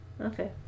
Okay